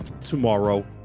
tomorrow